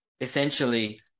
Essentially